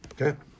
Okay